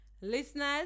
listeners